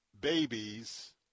babies